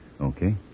Okay